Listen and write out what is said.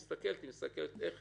חגית מסתכלת על זה